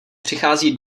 přichází